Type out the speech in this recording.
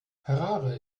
harare